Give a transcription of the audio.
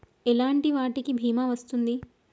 ఎలాంటి వాటికి బీమా వస్తుంది?